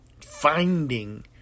finding